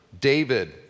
David